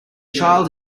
child